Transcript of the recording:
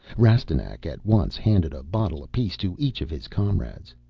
rastignac at once handed a bottle apiece to each of his comrades.